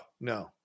no